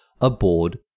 aboard